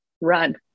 run